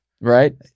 Right